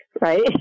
right